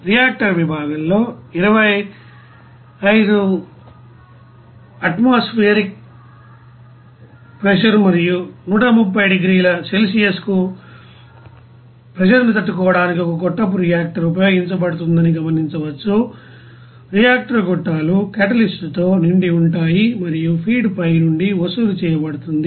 reactor విభాగంలో 25 వాతావరణానికి మరియు 350 డిగ్రీల సెల్సియస్కు ఒత్తిడిని తట్టుకోవడానికి ఒక గొట్టపు రియాక్టర్ ఉపయోగించబడుతుందని గమనించవచ్చు రియాక్టర్ గొట్టాలు క్యాటలిస్ట్ తో నిండి ఉంటాయి మరియు ఫీడ్ పై నుండి వసూలు చేయబడుతుంది